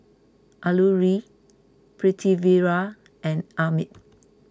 Alluri Pritiviraj and Amit